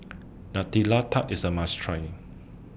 Nutella Tart IS A must Try